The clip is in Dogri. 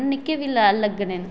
योगा नेईं करगे ते